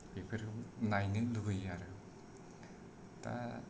बेफोर नायनो लुबैयो आरो दा